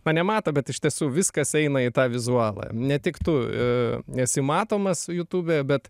mane mato bet iš tiesų viskas eina į tą vizualą ne tik tu esi matomas jutube bet